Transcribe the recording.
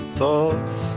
thoughts